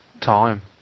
time